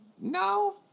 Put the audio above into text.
No